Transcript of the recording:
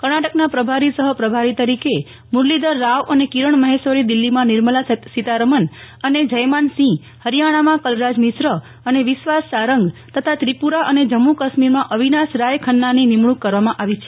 કર્ણાટકના પ્રભારી સફ પ્રભારી તરીકે મુરલીધર રાવ અને કિરણ મફેશ્વરી દિલ્ફીમાં નિર્મલા સીતારમન અને જયમાન સિંફ ફરિયાણામાં કલરાજ મિશ્ર અને વિશ્વાસ સારંગ તથા ત્રિપુ રા અને જમ્મુ કાશ્મીરમાં અવિનાશ રાય ખન્નાનું નિમણૂક કરવામાં આવી છે